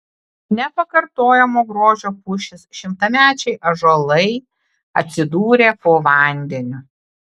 nepakartojamo grožio pušys šimtamečiai ąžuolai atsidūrė po vandeniu